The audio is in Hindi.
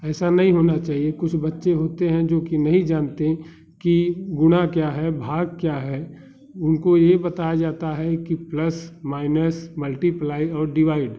ऐसा नहीं होना चाहिए कुछ बच्चे होते है जो कि नहीं जानते की गुणा क्या हैं भाग क्या हैं उनको यही बताया जाता है कि प्लस माइनस मल्टीप्लाइ और डिवाइड